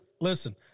Listen